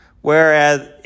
whereas